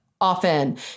often